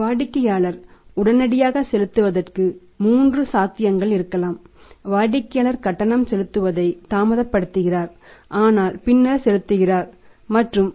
வாடிக்கையாளர் உடனடியாக செலுத்துவதற்கு மூன்று சாத்தியங்கள் இருக்கலாம் வாடிக்கையாளர் கட்டணம் செலுத்துவதை தாமதப்படுத்துகிறார் ஆனால் பின்னர் செலுத்துகிறார் மற்றும் வாடிக்கையாளர் ஒருபோதும் செலுத்த மாட்டார்